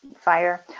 fire